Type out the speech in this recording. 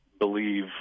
believe